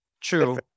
True